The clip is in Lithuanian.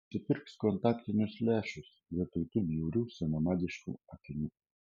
nusipirks kontaktinius lęšius vietoj tų bjaurių senamadiškų akinių